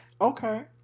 Okay